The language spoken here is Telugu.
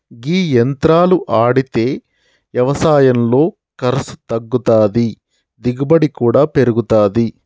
గీ యంత్రాలు ఆడితే యవసాయంలో ఖర్సు తగ్గుతాది, దిగుబడి కూడా పెరుగుతాది